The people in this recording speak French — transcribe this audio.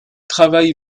travaille